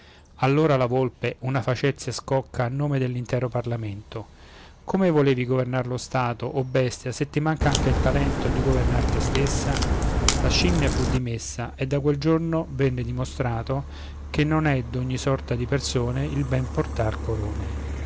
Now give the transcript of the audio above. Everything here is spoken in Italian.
allor la volpe una facezia scocca a nome dell'intero parlamento come volevi governar lo stato o bestia se ti manca anche il talento di governar te stessa la scimmia fu dimessa e da quel giorno venne dimostrato che non è d'ogni sorta di persone il ben portar corone